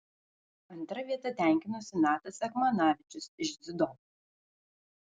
antra vieta tenkinosi natas akmanavičius iš dziudo